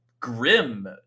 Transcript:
Grim